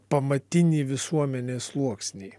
pamatinį visuomenės sluoksnį